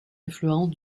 influentes